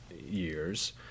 years